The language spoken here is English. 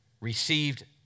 received